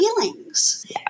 feelings